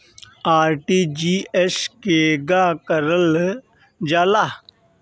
RTGS केगा करलऽ जाला?